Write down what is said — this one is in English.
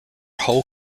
whole